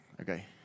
Okay